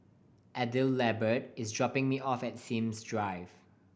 Adelbert is dropping me off at Sims Drive